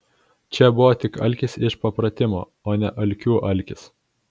čia buvo tik alkis iš papratimo o ne alkių alkis